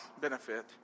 benefit